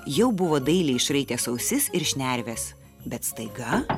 jau buvo dailiai išraitęs ausis ir šnerves bet staiga